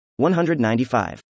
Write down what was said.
195